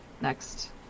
next